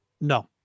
No